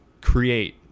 create